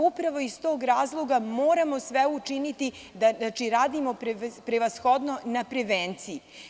Upravo iz tog razloga moramo sve učiniti da radimo prevashodno na prevenciji.